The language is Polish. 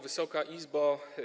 Wysoka Izbo!